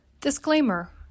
Disclaimer